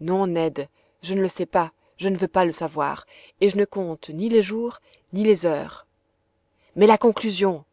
non ned je ne le sais pas je ne veux pas le savoir et je ne compte ni les jours ni les heures mais la conclusion